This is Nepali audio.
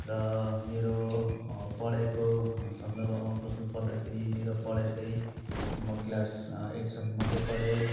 र मेरो पढाइको सन्दर्भमा बुझ्नु पर्दाखेरि मेरो पढाइ चाहिँ म क्लास एटसम्म मात्रै पढेँ